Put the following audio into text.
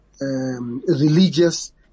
religious